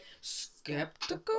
skeptical